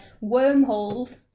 Wormholes